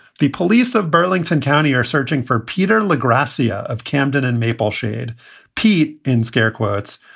the police of burlington county are searching for peter le grassi ah of camden and mapleshade pete in scare quotes,